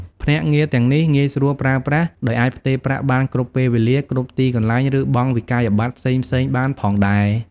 ភ្នាក់ងារទាំងនេះងាយស្រួលប្រើប្រាស់ ដោយអាចផ្ទេរប្រាក់បានគ្រប់ពេលវេលា គ្រប់ទីកន្លែង ឬបង់វិក្កយបត្រផ្សេងៗបានផងដែរ។